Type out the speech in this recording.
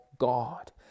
God